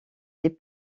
les